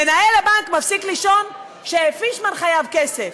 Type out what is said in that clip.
מנהל הבנק מפסיק לישון כשפישמן חייב כסף,